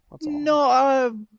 No